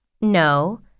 No